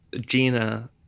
Gina